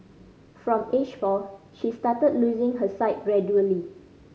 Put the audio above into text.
from age four she started losing her sight gradually